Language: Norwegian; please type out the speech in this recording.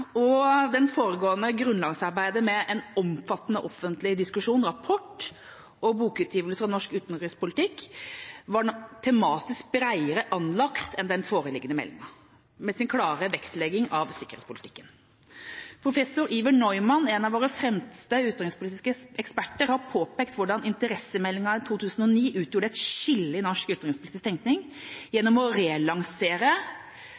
enn den foreliggende meldinga, med sin klare vektlegging av sikkerhetspolitikken. Professor Iver Neumann, en av våre fremste utenrikspolitiske eksperter, har påpekt hvordan interessemeldinga i 2009 utgjorde et skille i norsk utenrikspolitisk tenkning